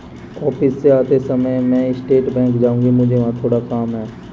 office से आते समय मैं स्टेट बैंक जाऊँगी, मुझे वहाँ थोड़ा काम है